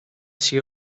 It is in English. she